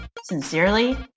sincerely